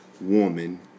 woman